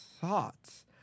thoughts